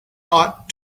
ought